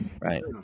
right